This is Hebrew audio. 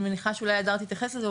אני מניחה שאולי הדר תתייחס לזה,